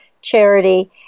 charity